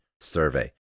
survey